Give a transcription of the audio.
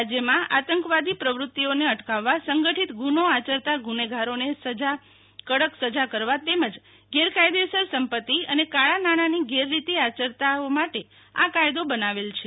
રાજ્યમાં આંતકવાદી પ્રવૃતિઓને અટકાવવા સંગઠીત ગુનો આયરતા ગુનેગારોને સજા કડક સજા કરવા તેમજ ગેરકાયદેસર સંપતિ અને કાળા નાણાની ગેરરીતિ કરતાઓ માટે આ કાયદો બનાવેલ છે